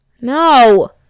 no